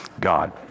God